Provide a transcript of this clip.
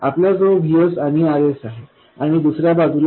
आपल्याजवळ Vs आणि Rs आहे आणि दुसऱ्या बाजूला